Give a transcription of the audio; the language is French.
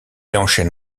enchaine